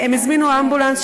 הם הזמינו אמבולנס,